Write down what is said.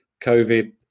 COVID